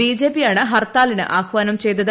ബിജെപിയാണ് ഹർത്താലിന് ആഹ്വാന്ം ചെയ്തത്